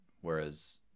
whereas